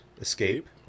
Escape